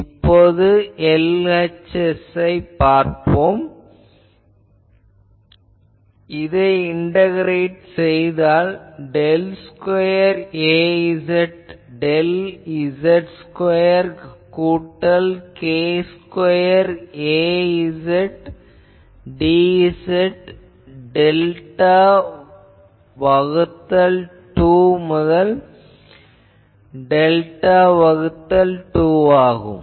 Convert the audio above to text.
இப்போது LHS ஐ பார்ப்போம் இதனை இண்டகரெட் செய்தால் del square Az del z square கூட்டல் k square Az dz delta வகுத்தல் 2 முதல் டெல்டா வகுத்தல் 2 ஆகும்